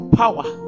power